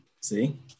See